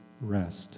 rest